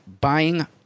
buying